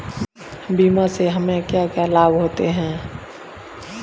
बीमा से हमे क्या क्या लाभ होते हैं?